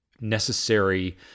necessary